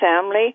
family